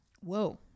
Whoa